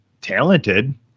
talented